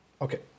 Okay